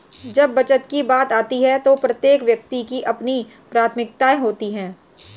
जब बचत की बात आती है तो प्रत्येक व्यक्ति की अपनी प्राथमिकताएं होती हैं